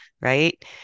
right